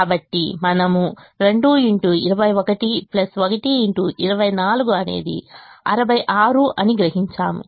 కాబట్టి మనము అనేది 66 అని గ్రహించాము